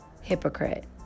hypocrite